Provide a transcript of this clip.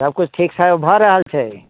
सब किछु ठीक ठाक भऽ रहल छै